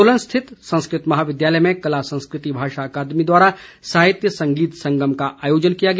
सोलन स्थित संस्कृत महाविद्यालय में कला संस्कृति भाषा अकादमी द्वारा साहित्य संगीत संगम का आयोजन किया गया